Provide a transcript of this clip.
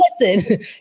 Listen